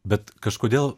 bet kažkodėl